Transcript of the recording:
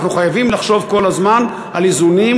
אנחנו חייבים לחשוב כל הזמן על איזונים